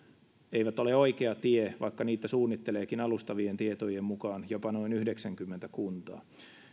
eivät ole oikea tie vaikka niitä suunnitteleekin alustavien tietojen mukaan jopa noin yhdeksänkymmentä kuntaa